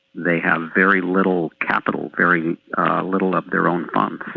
they have very little capital, very little of their own um